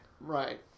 Right